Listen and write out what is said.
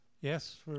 Yes